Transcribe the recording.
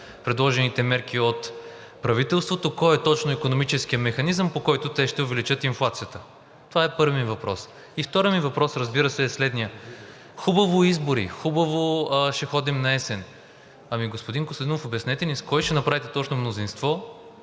предложените мерки от правителството – кой е точно икономическият механизъм, по който те ще увеличат инфлацията? Това е първият ми въпрос. И вторият ми въпрос, разбира се, е следният: хубаво избори, хубаво ще ходим наесен. Господин Костадинов, обяснете ни с кого ще направите точно мнозинство,